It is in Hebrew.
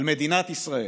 על מדינת ישראל,